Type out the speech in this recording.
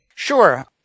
Sure